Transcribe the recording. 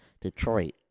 Detroit